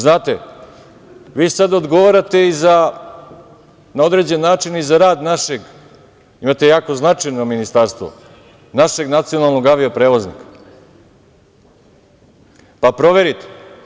Znate, vi sad odgovarate na određen način i za rad našeg, imate jako značajno ministarstvo, našeg nacionalnog avio-prevoznika, pa proverite.